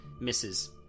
misses